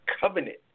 covenant